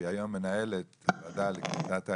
שהיום היא מנהלת הוועדה לקליטת העלייה,